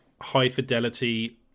high-fidelity